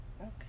Okay